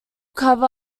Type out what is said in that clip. cover